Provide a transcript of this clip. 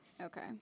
Okay